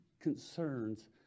concerns